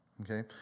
Okay